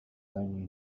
own